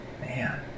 Man